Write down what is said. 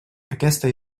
aquesta